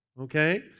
Okay